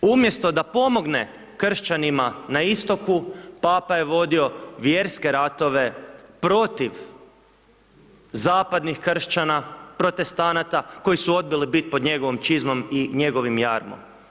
Umjesto da pomogne kršćanima na istoku Papa je vodio vjerske ratove protiv zapadnih kršćana, protestanaka koji su odbili biti pod njegovom čizmom, njegovim jarmom.